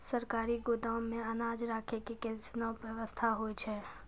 सरकारी गोदाम मे अनाज राखै के कैसनौ वयवस्था होय छै?